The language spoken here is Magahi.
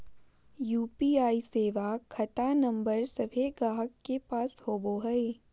यू.पी.आई सेवा खता नंबर सभे गाहक के पास होबो हइ